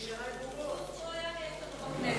סוס טרויאני יש לנו בכנסת.